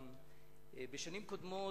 בשנים האחרונות